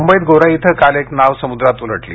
मुंबईत गोराई इथं काल एक नाव समुद्रात उलटली